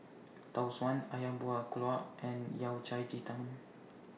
Tau Suan Ayam Buah Keluak and Yao Cai Ji Tang